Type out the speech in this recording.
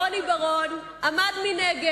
שר האוצר לשעבר, רוני בר-און, עמד מנגד,